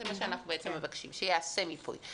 זה מה שאנחנו בעצם מבקשים, שייעשה מיפוי.